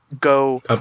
Go